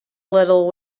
little